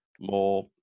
more